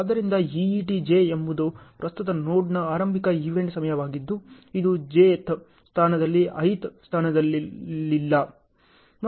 ಆದ್ದರಿಂದ EET J ಎಂಬುದು ಪ್ರಸ್ತುತ ನೋಡ್ನ ಆರಂಭಿಕ ಈವೆಂಟ್ ಸಮಯವಾಗಿದ್ದು ಇದು J ತ್ ಸ್ಥಾನದಲ್ಲಿ I ಥ್ ಸ್ಥಾನದಲ್ಲಿಲ್ಲ